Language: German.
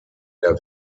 der